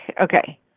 Okay